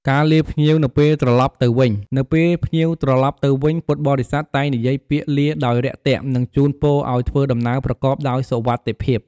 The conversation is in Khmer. ការទទួលភ្ញៀវមកពីចម្ងាយ គឺជាកិច្ចការរួមគ្នារវាង ព្រះសង្ឃ ដែលផ្ដល់នូវសេចក្តីស្វាគមន៍ផ្នែកស្មារតី និងពរជ័យ និង ពុទ្ធបរិស័ទ ដែលអនុវត្តកិច្ចការបដិសណ្ឋារកិច្ចជាក់ស្ដែង។